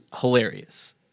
hilarious